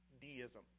deism